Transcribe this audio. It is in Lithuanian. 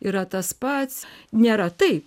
yra tas pats nėra taip